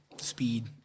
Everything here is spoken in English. speed